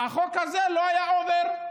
החוק הזה לא היה עובר.